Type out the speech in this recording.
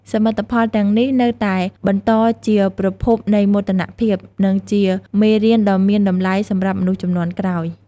សមិទ្ធផលទាំងនេះនៅតែបន្តជាប្រភពនៃមោទនភាព និងជាមេរៀនដ៏មានតម្លៃសម្រាប់មនុស្សជំនាន់ក្រោយ។